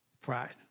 pride